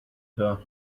her